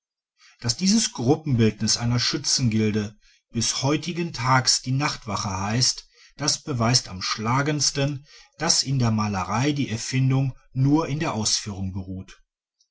daß dieses gruppenbildnis einer schützengilde bis heutigen tages die nachtwache heißt das beweist am schlagendsten daß in der malerei die erfindung nur in der ausführung beruht